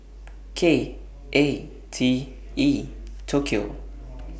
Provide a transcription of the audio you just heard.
K A T E Tokyo